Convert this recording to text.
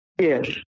Yes